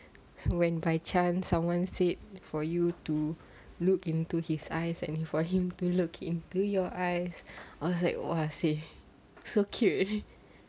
he went by chance someone said for you to look into his eyes and for him to look into your eyes are like !wahseh! so cute